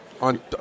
On